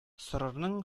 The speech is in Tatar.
сорырның